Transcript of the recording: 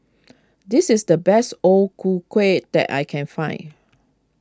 this is the best O Ku Kueh that I can find